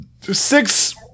six